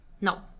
No